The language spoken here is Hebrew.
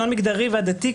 שוויון מגדרי ועדתי,